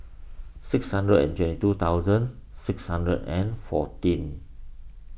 six hundred and twenty two thousand six hundred and fourteen